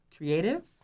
creatives